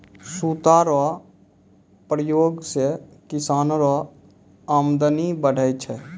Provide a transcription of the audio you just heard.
सूता रो प्रयोग से किसानो रो अमदनी बढ़ै छै